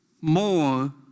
more